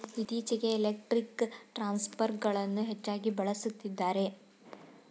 ಇತ್ತೀಚೆಗೆ ಎಲೆಕ್ಟ್ರಿಕ್ ಟ್ರಾನ್ಸ್ಫರ್ಗಳನ್ನು ಹೆಚ್ಚಾಗಿ ಬಳಸುತ್ತಿದ್ದಾರೆ